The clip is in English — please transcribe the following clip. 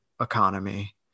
economy